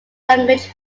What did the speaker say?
language